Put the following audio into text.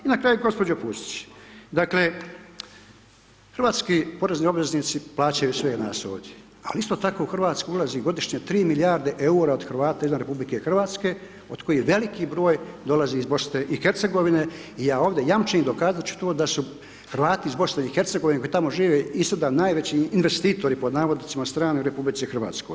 I na kraju gospođo Pusić, dakle hrvatski porezni obveznici plaćaju sve na ovdje, ali isto tako u Hrvatsku ulazi godišnje 3 milijarde EUR-a od Hrvata izvan RH od kojih veliki broj dolazi iz BiH i ja ovdje jamčim i dokazat ću to da su Hrvati iz BiH koji tamo žive i sada najveći investitori pod navodnicima od strane u RH.